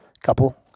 couple